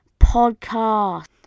podcast